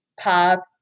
pop